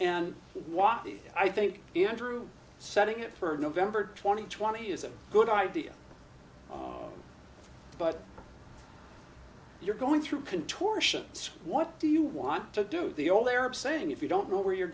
the i think the andrew setting it for november twenty twenty is a good idea but you're going through contortions what do you want to do the old arab saying if you don't know where you're